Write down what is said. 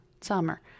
summer